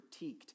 critiqued